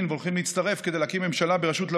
והולכים להצטרף כדי להקים ממשלה בראשות לפיד.